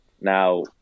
Now